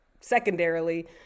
secondarily